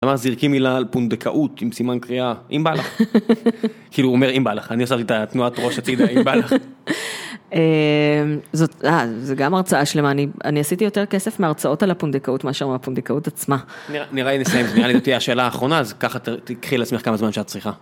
זרקי מילה על פונדקאות עם סימן קריאה, אם בא לך. כאילו הוא אומר אםמ בא לך, אני עושה את התנועת ראש הצידה, זה אם בא לך. - זה גם הרצאה שלמה, אני עשיתי יותר כסף מהרצאות על הפונדקאות מאשר מהפונדקאות עצמה. - נראה לי נסיים את זה, נראה לי זאת תהיה השאלה האחרונה, אז ככה תקחי לעצמך כמה זמן שאת צריכה.